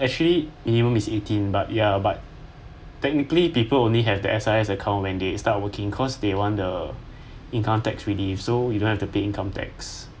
err actually minimum is eighteen but ya but technically people only have the S_R_S account when they start working cause they want the income tax relief so you don't have to pay income tax